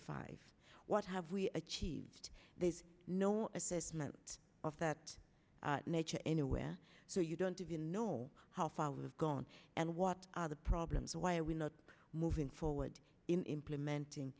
five what have we achieved there is no estimate of that nature anywhere so you don't even know how far we've gone and what are the problems why are we not moving forward in implementing